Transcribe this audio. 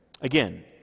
Again